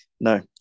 no